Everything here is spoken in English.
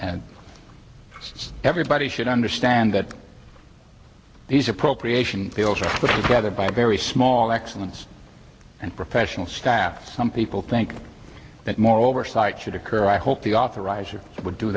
and everybody should understand that these appropriation bills are gathered by very small excellence and professional staff some people think that more oversight should occur i hope the authorizer would do